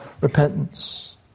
repentance